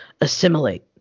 assimilate